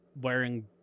wearing